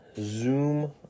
zoom